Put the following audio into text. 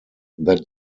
that